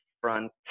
front